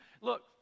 Look